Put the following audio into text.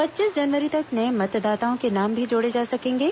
पच्चीस जनवरी तक नये मतदाताओं के नाम भी जोड़े जा सकेंगे